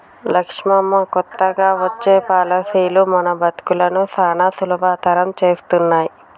లక్ష్మమ్మ కొత్తగా వచ్చే పాలసీలు మన బతుకులను సానా సులభతరం చేస్తున్నాయి